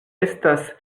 estas